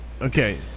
Okay